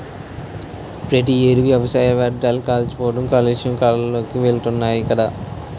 ప్రతి ఏడు వ్యవసాయ వ్యర్ధాలు కాల్చడంతో కాలుష్య కోరల్లోకి వెలుతున్నాం గదా